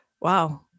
wow